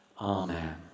Amen